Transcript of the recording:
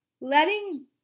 letting